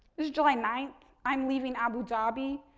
it was july ninth, i'm leaving abu dhabi.